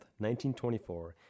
1924